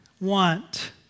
want